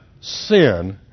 sin